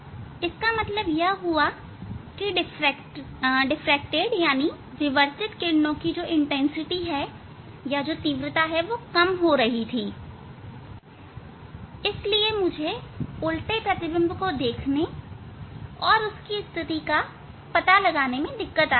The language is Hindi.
इसका मतलब डिफ्रैक्टेड विवर्तित किरणों की तीव्रता कम हो रही थी इसलिए मुझे उल्टे प्रतिबिंब को देखने और उसकी स्थिति का पता लगाने में समस्या आ रही थी